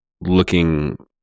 looking